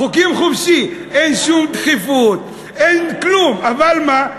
חוקים חופשי, אין שום דחיפות, אין כלום, אבל מה?